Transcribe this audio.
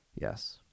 Yes